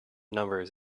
numbers